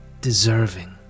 deserving